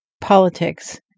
politics